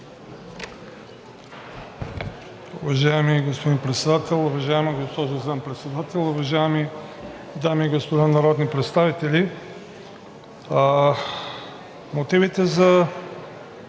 Уважаеми господин Председател, уважаема госпожо Заместник-председател, уважаеми дами и господа народни представители! Мотивите за